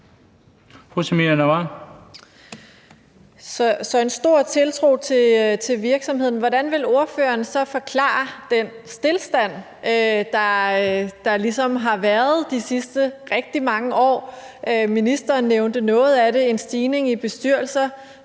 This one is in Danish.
er en stor tiltro til virksomhederne. Hvordan vil ordføreren så forklare den stilstand, der har været de sidste rigtig mange år? Ministeren nævnte noget af det: en stigning for